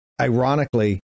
ironically